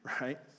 right